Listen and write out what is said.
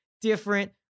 different